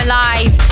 Alive